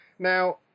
Now